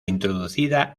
introducida